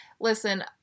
Listen